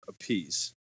apiece